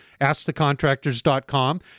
askthecontractors.com